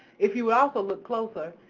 if you also look closer,